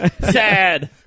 Sad